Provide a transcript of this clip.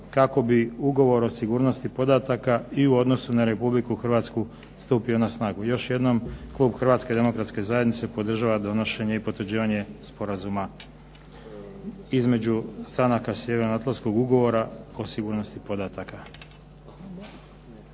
kako bi ugovor o sigurnosti podataka i u odnosu na Republiku Hrvatsku stupio na snagu. Još jednom klub Hrvatske demokratske zajednice podržava donošenje i potvrđivanje Sporazuma između stranaka Sjevernoatlantskog ugovora o sigurnosti podataka.